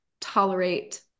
tolerate